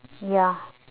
ya